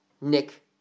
Nick